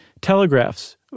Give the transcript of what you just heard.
telegraphs